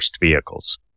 vehicles